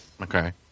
Okay